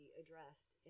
addressed